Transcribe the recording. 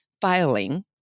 filing